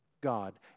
God